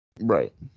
Right